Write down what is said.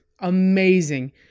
Amazing